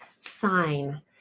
sign